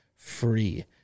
Free